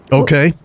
okay